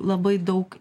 labai daug